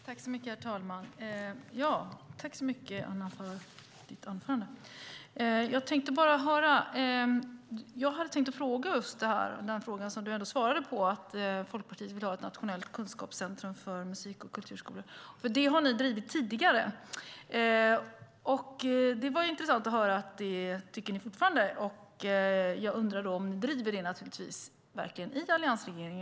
Herr talman! Tack så mycket för ditt anförande, Anna Steele! Jag hade tänkt ställa den fråga som du svarade på, att Folkpartiet vill ha ett nationellt kunskapscentrum för musik och kulturskolan. Det har ni drivit tidigare. Det var intressant att höra att ni tycker det fortfarande. Jag undrar då om ni verkligen driver det i alliansregeringen.